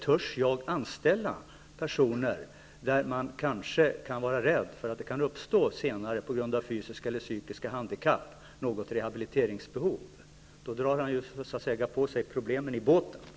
Törs han anställa personer för vilka det senare kan uppstå ett rehabiliteringsbehov på grund av fysiska eller psykiska handikapp? Då drar han ju på sig problem, så att säga.